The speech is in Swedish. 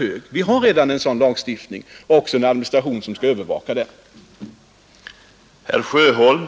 Det finns redan en sådan lagstiftning och ocksa en administration som kan övervaka att den efterlevs.